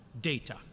data